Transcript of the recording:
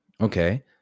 Okay